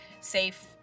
safe